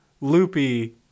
loopy